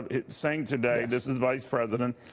it's saying today, this is vice president,